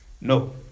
no